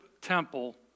Temple